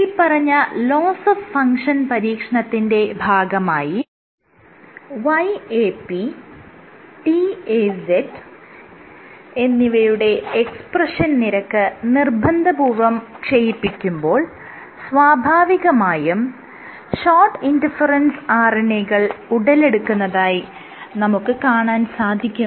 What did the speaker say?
മേല്പറഞ്ഞ loss of function പരീക്ഷണത്തിന്റെ ഭാഗമായി YAPTAZ ന്റെ എക്സ്പ്രെഷൻ നിരക്ക് നിർബന്ധപൂർവ്വം ക്ഷയിപ്പിക്കുമ്പോൾ സ്വാഭാവികമായും siRNA കൾ ഉടലെടുക്കുന്നതായി നമുക്ക് കാണാൻ സാധിക്കും